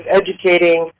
educating